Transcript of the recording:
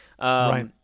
Right